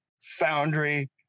foundry